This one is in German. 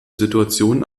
situation